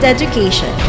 Education